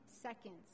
seconds